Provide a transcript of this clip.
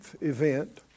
event